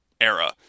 era